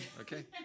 Okay